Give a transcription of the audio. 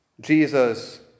Jesus